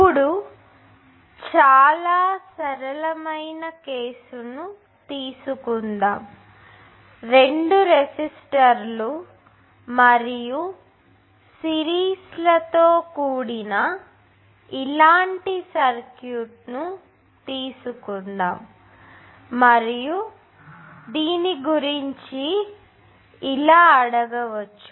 ఇప్పుడు చాలా సరళమైన కేసును తీసుకుందాం రెండు రెసిస్టర్లు మరియు సిరీస్లతో కూడిన ఇలాంటి సర్క్యూట్ ను తీసుకుందాం మరియు దీని గురించి ఎలాంటి ప్రశ్న అడగవచ్చు